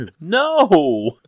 No